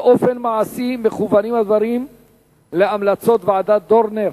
באופן מעשי מכוונים הדברים להמלצות ועדת-דורנר